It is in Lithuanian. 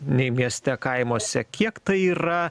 nei mieste kaimuose kiek tai yra